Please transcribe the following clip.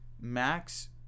Max